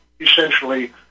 essentially